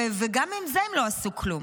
וגם עם זה הם לא עשו כלום.